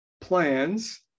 plans